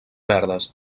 verdes